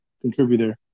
contributor